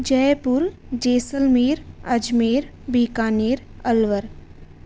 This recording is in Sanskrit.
जयपुरं जैसल्मीर् अज्मेर् बीकानेर् अल्वर्